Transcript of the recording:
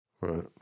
Right